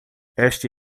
este